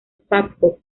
pappo